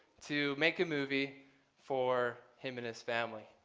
to make a movie for him and his family.